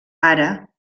ara